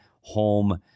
home